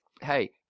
hey